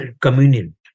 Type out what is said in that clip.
communion